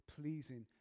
pleasing